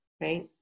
right